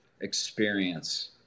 experience